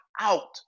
out